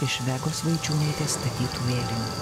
iš vegos vaičiūnaitės statytų vėlinių